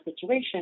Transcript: situation